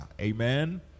Amen